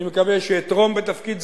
אני מקווה שאתרום בתפקיד זה.